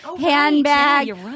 handbag